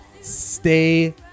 stay